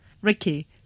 Ricky